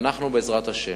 אנחנו, בעזרת השם,